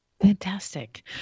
Fantastic